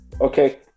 Okay